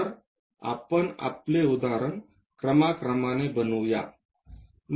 तर आपण आपले उदाहरण क्रमाक्रमाने बनवू या